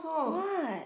what